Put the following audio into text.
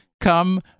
come